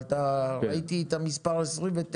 אבל ראיתי את המספר 29,